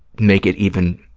make it even